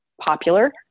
popular